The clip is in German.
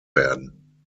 werden